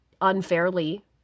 unfairly